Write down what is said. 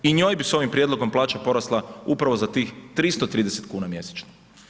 I njoj bi s ovim prijedlogom plaća porasla upravo za tih 330 kn mjesečno.